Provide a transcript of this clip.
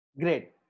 Great